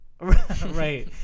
right